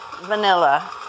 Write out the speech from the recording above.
vanilla